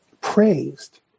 praised